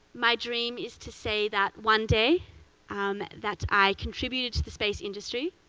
my dream is to say that one day um that i contributed to the space industry,